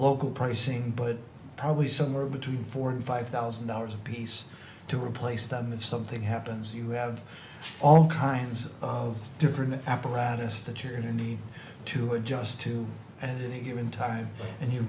local pricing but probably somewhere between four and five thousand dollars apiece to replace them if something happens you have all kinds of different apparatus that you need to adjust to and any given time and you